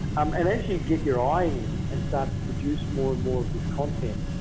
um and as you get your eye in and start to produce more and more of this content,